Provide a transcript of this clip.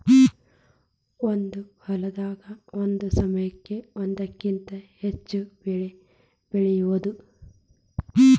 ಒಂದ ಹೊಲದಾಗ ಒಂದ ಸಮಯಕ್ಕ ಒಂದಕ್ಕಿಂತ ಹೆಚ್ಚ ಬೆಳಿ ಬೆಳಿಯುದು